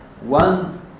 one